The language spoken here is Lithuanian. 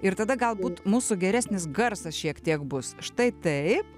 ir tada galbūt mūsų geresnis garsas šiek tiek bus štai taip